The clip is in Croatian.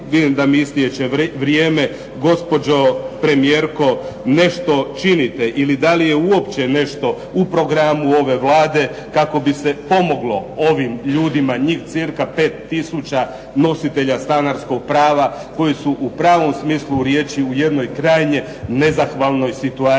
vidim da mi istječe vrijeme, gospođo premijerko nešto činite? Ili da li je uopće nešto u programu ove Vlade kako bi se pomoglo ovim ljudima, njih cirka 5 tisuća nositelja stanarskog prava, koji su u pravom smislu riječi u jednoj krajnje nezahvalnoj situaciji?